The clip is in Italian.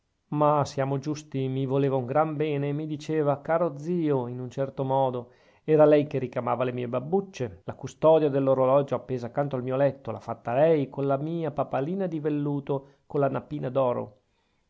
ma siamo giusti mi voleva un gran bene e mi diceva caro zio in un certo modo era lei che ricamava le mie babbucce la custodia dell'orologio appesa accanto al mio letto l'ha fatta lei come la mia papalina di velluto con la nappina d'oro